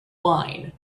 wine